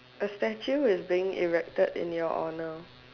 A statue is being erected in your honour